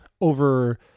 over